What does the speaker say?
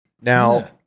Now